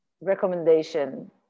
recommendation